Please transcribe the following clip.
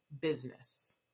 business